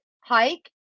Hike